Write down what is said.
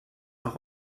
auch